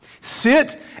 Sit